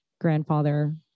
grandfather